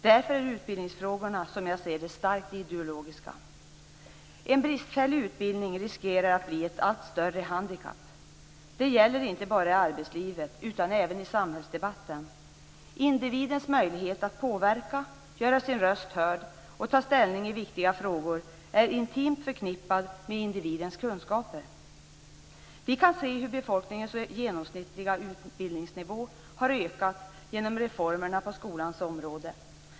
Därför är utbildningsfrågorna, som jag ser det, starkt ideologiska. En bristfällig utbildning riskerar att bli ett allt större handikapp. Det gäller inte bara i arbetslivet utan även i samhällsdebatten. Individens möjlighet att påverka, göra sin röst hörd och ta ställning i viktiga frågor är intimt förknippad med individens kunskaper. Vi kan se hur befolkningens genomsnittliga utbildningsnivå har ökat genom reformerna på skolans område.